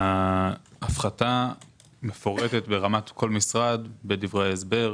ההפחתה מפורטת ברמת כל משרד בדברי ההסבר.